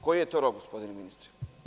Koji je to rok, gospodine ministre?